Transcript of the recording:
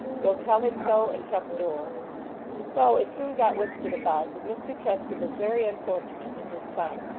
you'll tell him so, and shut the door so, it soon got whispered about, that mr chester was very unfortunate in his son,